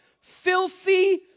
filthy